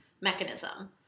mechanism